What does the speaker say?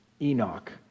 Enoch